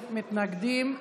מתנגדים.